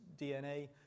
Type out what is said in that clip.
DNA